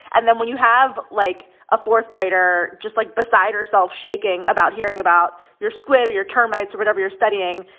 and then when you have, like, a fourth-grader just, like, beside herself, shaking about hearing about your squid or your termites or whatever you're studying,